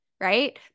right